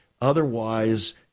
Otherwise